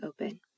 open